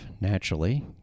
naturally